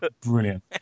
Brilliant